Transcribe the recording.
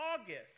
August